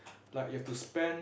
like you have to spend